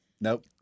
Nope